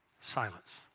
Silence